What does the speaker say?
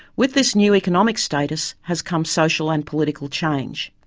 with this new economic status has come social and political change.